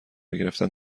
گرفتن